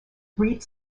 brief